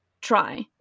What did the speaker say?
try